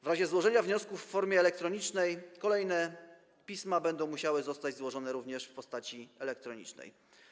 W razie złożenia wniosku w formie elektronicznej kolejne pisma będą musiały zostać złożone również w postaci elektronicznej.